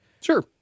Sure